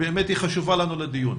שהיא באמת חשובה לדיון.